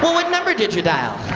what number did you dial?